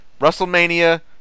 WrestleMania